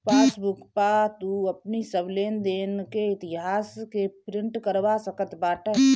passbook पअ तू अपनी सब लेनदेन के इतिहास के प्रिंट करवा सकत बाटअ